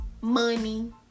money